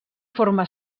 forma